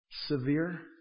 Severe